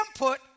input